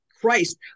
Christ